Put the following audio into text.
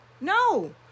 no